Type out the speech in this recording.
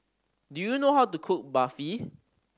do you know how to cook Barfi